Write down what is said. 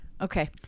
Okay